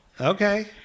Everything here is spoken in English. Okay